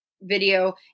video